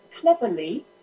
cleverly